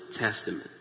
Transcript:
Testament